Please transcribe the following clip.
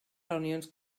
reunions